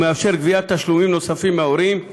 הוא מאפשר גביית תשלומים נוספים מההורים.